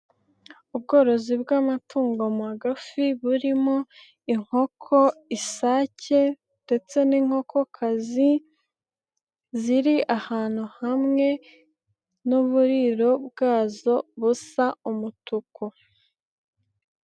Ubworozi bw'amatungo magufi burimo inkoko, isake ndetse n'inkokokazi ziri ahantu hamwe n'uburiro bwazo busa umutuku.